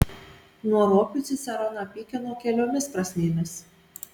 nuo ropių ciceroną pykino keliomis prasmėmis